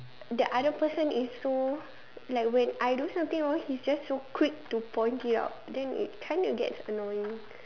the other person is so like when I do something wrong he's just so quick to point it out then it kind of gets annoying